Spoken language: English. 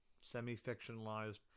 semi-fictionalized